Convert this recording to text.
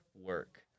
work